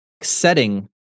setting